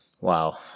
Wow